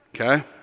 Okay